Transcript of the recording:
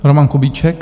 Roman Kubíček.